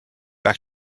back